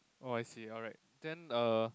oh I see alright then err